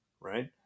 Right